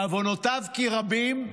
בעוונותיו כי רבים,